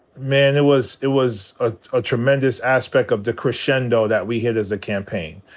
man, it was it was ah a tremendous aspect of the crescendo that we hit as a campaign.